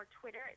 Twitter